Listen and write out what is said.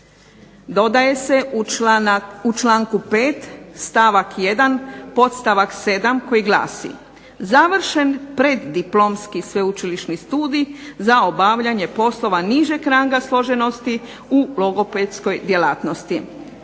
Dodaje se u članku 5. stavak 1. podstavak 7. koji glasi, završen preddiplomski sveučilišni studij za obavljanje poslova nižeg ranga složenosti u logopedskoj djelatnosti.